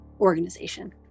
organization